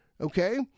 Okay